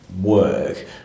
work